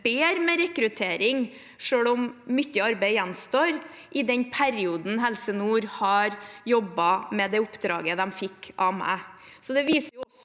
bedre med rekruttering – selv om mye arbeid gjenstår – i den perioden Helse nord har jobbet med det oppdraget de fikk av meg.